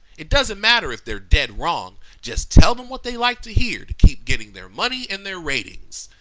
it doesn't matter if they're dead wrong. just tell them what they like to hear to keep getting their money and their ratings.